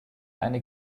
eine